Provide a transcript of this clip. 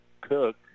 Cook